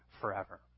forever